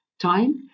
time